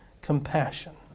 compassion